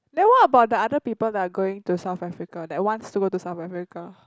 then what about the other people that are going to South-Africa that wants to go to South-Africa